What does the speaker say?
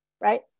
right